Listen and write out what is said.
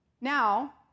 Now